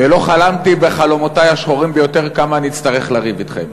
ולא חלמתי בחלומותי השחורים ביותר כמה אני אצטרך לריב אתכם.